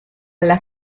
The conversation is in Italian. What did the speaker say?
alla